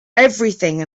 everything